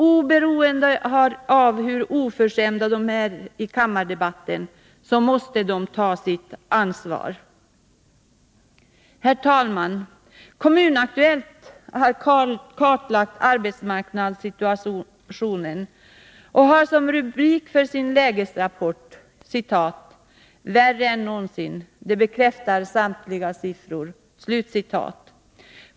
Oberoende av hur oförskämda de är i kammardebatten måste de ta sitt ansvar. Herr talman! Kommun Aktuellt har kartlagt arbetsmarknadssituationen och har som rubrik för sin lägesrapport ”Värre än någonsin! — det bekräftar samtliga siffror”.